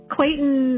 Clayton